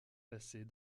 placés